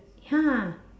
ya